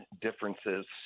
differences